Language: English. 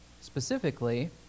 Specifically